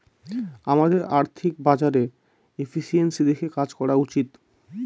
আমাদের আর্থিক বাজারে এফিসিয়েন্সি দেখে কাজ করা উচিত